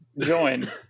join